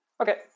Okay